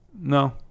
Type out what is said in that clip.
no